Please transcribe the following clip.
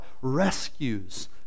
rescues